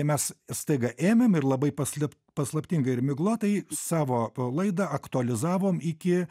mes staiga ėmėm ir labai paslėp paslaptingai ir miglotai savo laidą aktualizavom iki